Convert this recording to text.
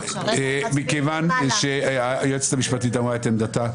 מכיוון שהיועצת המשפטית אמרה את עמדתה,